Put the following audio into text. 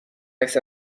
عکس